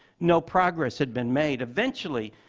no progress had been made. eventually,